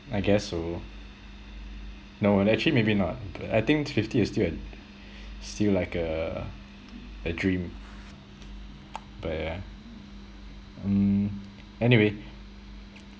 I guess so no and actually maybe not I think fifty is an still like a a dream but yeah mm anyway